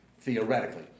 theoretically